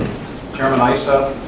chairman issa,